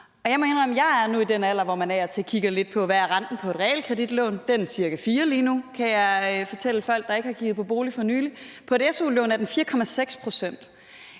jeg har nået den alder, hvor man af og til kigger lidt på, hvad renten er på et realkreditlån. Den er ca. 4 pct. lige nu, kan jeg fortælle folk, der ikke har kigget på bolig for nylig. På et su-lån er den 4,6 pct.